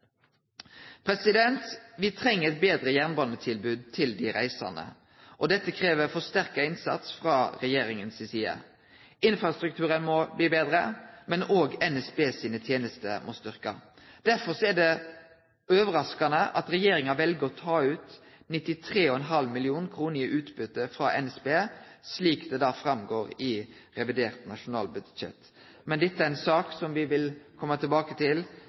treng eit betre jernbanetilbod til dei reisande. Dette krev forsterka innsats frå regjeringa si side. Infrastrukturen må bli betre, men òg NSB sine tenester må bli styrkte. Derfor er det overraskande at regjeringa vel å ta ut 93,5 mill. kr i utbytte frå NSB, slik det går fram av revidert nasjonalbudsjett. Men dette er ei sak som me vil kome tilbake til fredag om ei veke. Denne saka, samleproposisjonen, har stor tilslutning, forutan det eg viste til